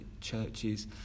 churches